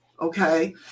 okay